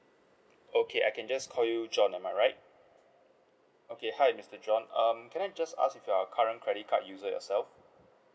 okay I can just call you john am I right okay hi mister john um can I just ask if you are a current credit card user yourself